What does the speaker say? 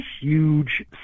huge